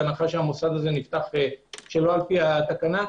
בהנחה שהמוסד נפתח שלא לפי התקנה,